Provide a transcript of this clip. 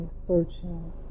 searching